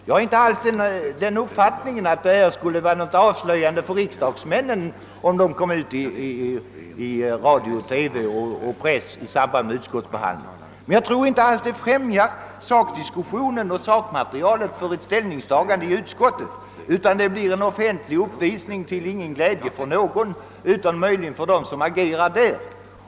Jag har ingalunda den uppfattningen att det skulle vara avslöjande för riksdagsmännen om det blev utsändningar i radio och TV samt referat i pressen i samband med utskottsbehandlingen. Men jag tror som sagt inte att ett sådant system främjar sakdiskussionen och möjligheterna att få fram det material som behövs för ett ställningstagande i utskotten. Nej, det skulle bli en offentlig uppvisning till glädje för ingen utom möjligen för dem som direkt agerar.